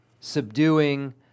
subduing